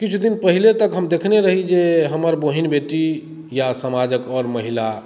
किछु दिन पहिने तक हम देखने रही जे हमर बहिन बेटी या समाजक आओर महिला